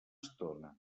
estona